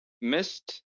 missed